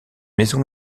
maison